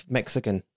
Mexican